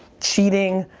cheating,